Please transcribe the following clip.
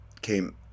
came